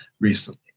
recently